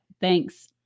Thanks